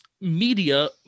media